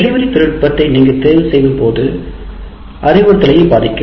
delivery தொழில்நுட்பத்தை நீங்கள் தேர்வு செய்யும் முறை அறிவுறுத்தலை பாதிக்கும்